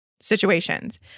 situations